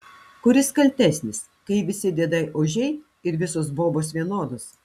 kuris kaltesnis kai visi diedai ožiai ir visos bobos vienodos